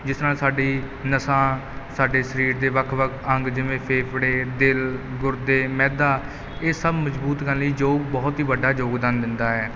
ਜਿਸ ਨਾਲ ਸਾਡੀਆਂ ਨਸਾਂ ਸਾਡੇ ਸਰੀਰ ਦੇ ਵੱਖ ਵੱਖ ਅੰਗ ਜਿਵੇਂ ਫੇਫੜੇ ਦਿਲ ਗੁਰਦੇ ਮੈਦਾ ਇਹ ਸਭ ਮਜ਼ਬੂਤ ਕਰਨ ਲਈ ਯੋਗ ਬਹੁਤ ਹੀ ਵੱਡਾ ਯੋਗਦਾਨ ਦਿੰਦਾ ਹੈ